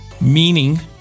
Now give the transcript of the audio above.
Meaning